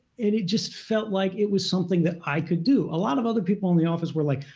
and it just felt like it was something that i could do. a lot of other people in the office were like,